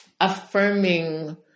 affirming